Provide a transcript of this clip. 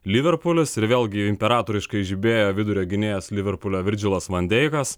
liverpulis ir vėlgi imperatoriškai žibėjo vidurio gynėjas liverpulio virdžilas van deikas